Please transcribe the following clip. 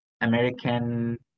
American